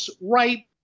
right